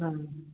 हाँ